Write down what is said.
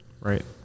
right